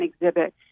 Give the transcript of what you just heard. exhibit